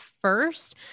first